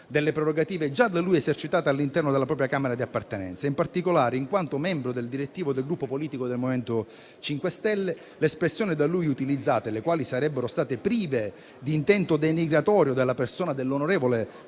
delle prerogative già da lui esercitate all'interno della propria Camera di appartenenza. In particolare, in quanto membro del direttivo del Gruppo politico del MoVimento 5 Stelle, le espressioni da lui utilizzate, le quali sarebbero state prive di intento denigratorio della persona dell'onorevole